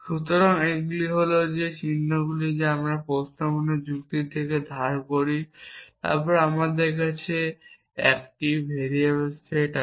সুতরাং এইগুলি হল সেই চিহ্নগুলি যা আমরা প্রস্তাবনা যুক্তি থেকে ধার করি তারপর আমাদের কাছে একটি ভেরিয়েবলের সেট আছে